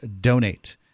donate